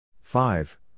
Five